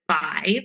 five